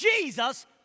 Jesus